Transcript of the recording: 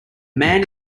man